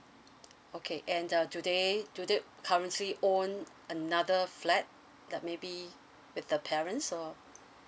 okay and uh do they do they currently own another flat like maybe with the parents or